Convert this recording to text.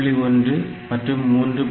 1 மற்றும் 3